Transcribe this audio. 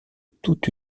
tout